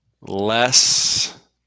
less